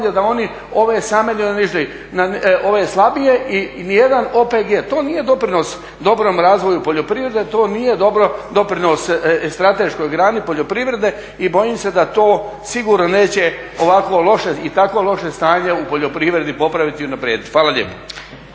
se ne razumije./… ove slabije i ni jedan OPG, to nije doprinos dobrom razvoju poljoprivrede, to nije doprinos strateškoj grani poljoprivrede i bojim se da to sigurno neće ovako loše i tako loše stanje u poljoprivredi popraviti i unaprijediti. Hvala lijepo.